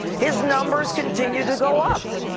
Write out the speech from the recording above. his numbers continue to go up.